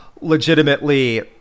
legitimately